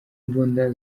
imbunda